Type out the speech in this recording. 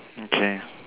okay